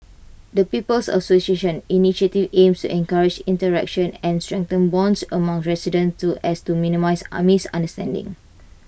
the people's association initiative aims encourage interaction and strengthen bonds among residents to as to minimise A misunderstandings